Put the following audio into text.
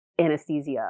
Anesthesia